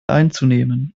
einzunehmen